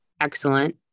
excellent